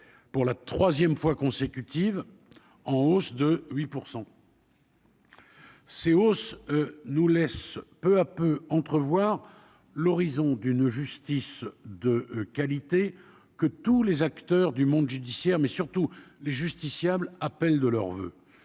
pour la 3ème fois consécutive en hausse de 8 %. C'est ça nous laisse peu à peu entrevoir l'horizon d'une justice de qualité que tous les acteurs du monde judiciaire, mais surtout les justiciables appellent de leurs